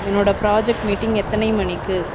என்னோட project meeting எத்தனை மணிக்கு